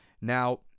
Now